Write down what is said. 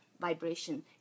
vibration